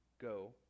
Go